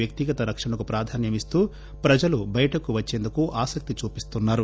వ్యక్తిగత రక్షణకు ప్రాధాన్యం ఇస్తూ ప్రజలు బయటకు వచ్చేందుకు ఆసక్తి చూపిస్తున్నారు